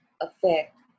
affect